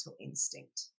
instinct